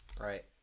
Right